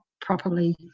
properly